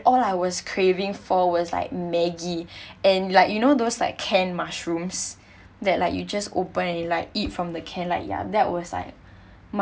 all I was craving for was like maggi and like you know those like canned mushrooms that like you just open and you like eat from the can like ya that was like my